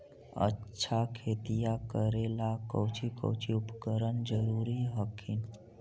अच्छा खेतिया करे ला कौची कौची उपकरण जरूरी हखिन?